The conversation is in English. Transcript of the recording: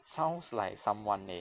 sounds like someone leh